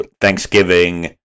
Thanksgiving